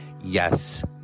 Yes